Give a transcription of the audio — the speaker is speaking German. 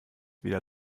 wieder